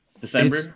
December